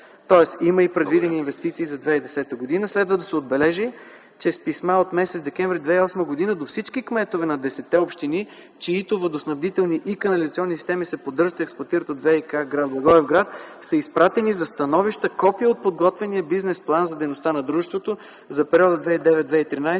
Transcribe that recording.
Тоест има и предвидени инвестиции за 2010 г. Следва да се отбележи, че с писма от м. декември 2008 г. до всички кметове на десетте общини, чиито водоснабдителни и канализационни системи се поддържат и експлоатират от ВиК – гр. Благоевград, са изпратени за становища копия от подготвения бизнес план за дейността на дружеството за периода 2009-2013